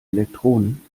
elektronen